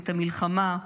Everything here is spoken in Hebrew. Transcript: את המלחמה,